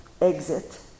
exit